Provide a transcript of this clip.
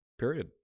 Period